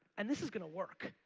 and this is gonna work.